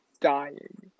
dying